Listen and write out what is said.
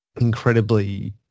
incredibly